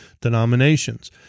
denominations